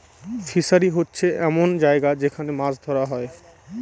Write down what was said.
fishery হচ্ছে এমন জায়গা যেখান মাছ ধরা হয়